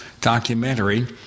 documentary